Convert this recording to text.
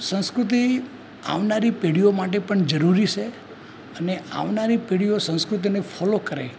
સંસ્કૃતિ આવનારી પેઢીઓ માટે પણ જરૂરી છે અને આવનારી પેઢીઓ સંસ્કૃતિને ફૉલો કરે